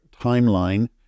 timeline